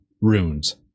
runes